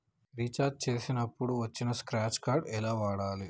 Recharge చేసినప్పుడు వచ్చిన scratch card ఎలా వాడాలి?